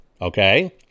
Okay